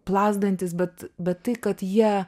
plazdantys bet bet tai kad jie